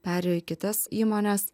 perėjo į kitas įmones